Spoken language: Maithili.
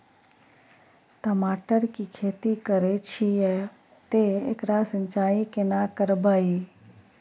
टमाटर की खेती करे छिये ते एकरा सिंचाई केना करबै?